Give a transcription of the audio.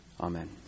amen